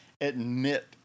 admit